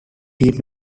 team